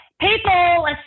People